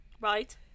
Right